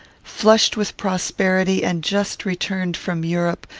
flushed with prosperity, and just returned from europe,